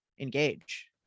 engage